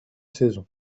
saisons